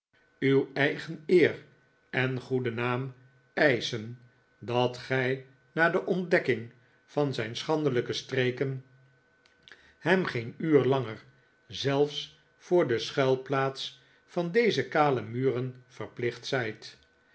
uw eigen eer en goede naam eischen dat gij na de ontdekking van zijn schandelijke streken hem geen uur langer zelfs voor de schuilplaats van deze kale muren verplicht zijt